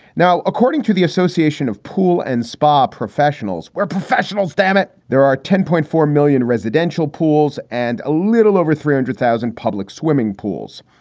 now, according to the association of pool and spa professionals, where professionals dammit, there are ten point four million residential pools and a little over three hundred thousand public swimming pools.